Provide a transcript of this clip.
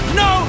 no